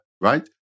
right